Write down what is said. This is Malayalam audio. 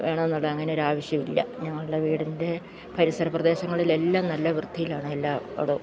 വേണം എന്നുള്ള അങ്ങനെ ഒരു ആവശ്യമില്ല ഞങ്ങളുടെ വീടിൻ്റെ പരിസര പ്രദേശങ്ങളിലെല്ലാം നല്ല വൃത്തിയിലാണ് എല്ലാ ഇടവും